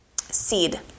seed